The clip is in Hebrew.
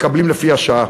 מקבלים לפי שעה.